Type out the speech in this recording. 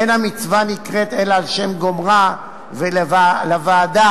"אין המצווה נקראת אלא על שם גומרה" ולוועדה,